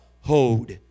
hold